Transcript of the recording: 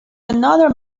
another